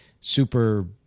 super